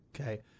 Okay